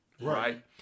Right